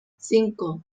cinco